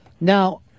Now